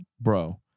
bro